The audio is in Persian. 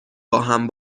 باهم